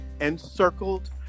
encircled